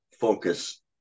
focus